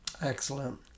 Excellent